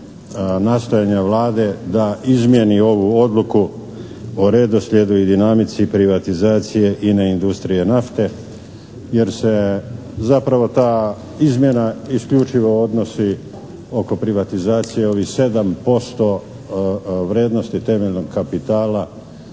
nastojanja Vlade da izmijeni ovu odluku o redoslijedu i dinamici privatizacije INA-e Industrije nafte jer se zapravo ta izmjena isključivo odnosi oko privatizacije ovih 7% vrijednosti temeljnog kapitala